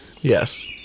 Yes